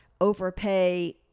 overpay